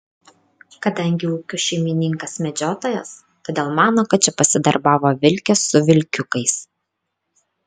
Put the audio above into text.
kadangi ūkio šeimininkas medžiotojas todėl mano kad čia pasidarbavo vilkės su vilkiukais